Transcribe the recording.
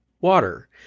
water